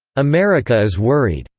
america is worried.